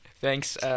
Thanks